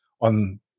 on